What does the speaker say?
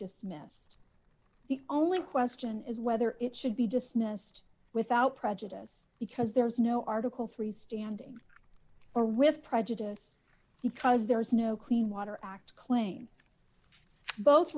mess the only question is whether it should be dismissed without prejudice because there is no article three standing or with prejudice because there is no clean water act claim both